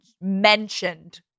mentioned